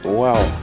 wow